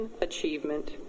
achievement